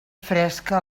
fresca